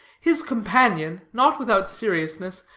his companion, not without seriousness,